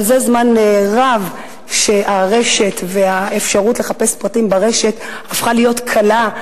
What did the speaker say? אבל זה זמן רב האפשרות לחפש פרטים ברשת הפכה להיות קלה,